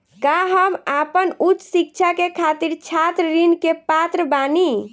का हम आपन उच्च शिक्षा के खातिर छात्र ऋण के पात्र बानी?